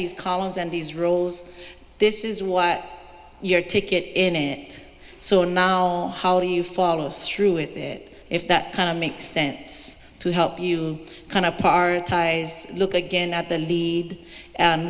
these columns and these roles this is what your ticket in it so now how do you follow through with it if that kind of makes sense to help you kind of par ties look again at the lead